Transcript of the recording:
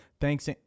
thanks